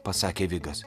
pasakė vigas